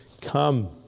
come